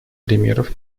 примеров